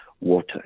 water